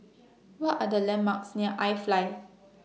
What Are The landmarks near IFly